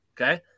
okay